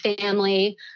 family